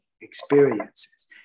experiences